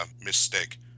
mistake